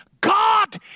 God